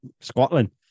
Scotland